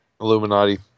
Illuminati